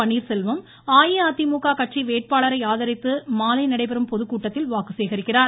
பன்னீர்செல்வம் அஇஅதிமுக கட்சி வேட்பாளரை ஆதரித்து மாலை நடைபெறும் பொதுக்கூட்டத்தில் வாக்கு சேகரிக்கிறார்